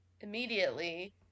immediately